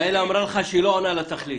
גאל אמרה לך שהיא לא עונה לתכלית,